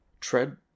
tread